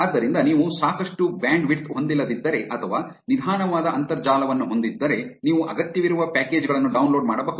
ಆದ್ದರಿಂದ ನೀವು ಸಾಕಷ್ಟು ಬ್ಯಾಂಡ್ವಿಡ್ತ್ ಹೊಂದಿಲ್ಲದಿದ್ದರೆ ಅಥವಾ ನಿಧಾನವಾದ ಅಂತರ್ಜಾಲವನ್ನು ಹೊಂದಿದ್ದರೆ ನೀವು ಅಗತ್ಯವಿರುವ ಪ್ಯಾಕೇಜ್ ಗಳನ್ನು ಡೌನ್ಲೋಡ್ ಮಾಡಬಹುದು